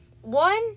one